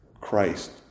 Christ